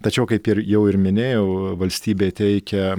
tačiau kaip ir jau ir minėjau valstybė teikia